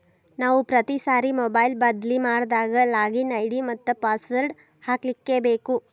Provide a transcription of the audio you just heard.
ನಾವು ಪ್ರತಿ ಸಾರಿ ಮೊಬೈಲ್ ಬದ್ಲಿ ಮಾಡಿದಾಗ ಲಾಗಿನ್ ಐ.ಡಿ ಮತ್ತ ಪಾಸ್ವರ್ಡ್ ಹಾಕ್ಲಿಕ್ಕೇಬೇಕು